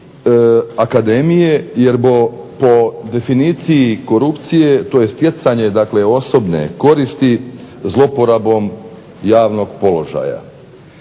akademije jer po definiciji korupcije to je stjecanje osobne koristi zloporabom javnog položaja.